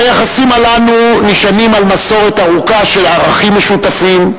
היחסים הללו נשענים על מסורת ארוכה של ערכים משותפים,